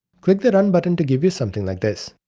click the run button to give you something like this.